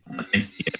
Thanks